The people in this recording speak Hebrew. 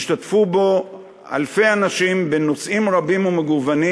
והשתתפו בו אלפי אנשים בנושאים רבים ומגוונים.